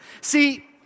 See